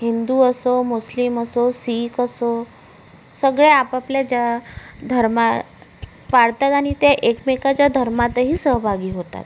हिंदू असो मुस्लिम असो सिख असो सगळे आपापल्या ज्या धर्म पाळतात आणि ते एकमेकाच्या धर्मातही सहभागी होतात